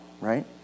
right